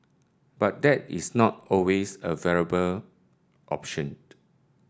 but that is not always a viable optioned